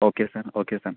okay sir okay sir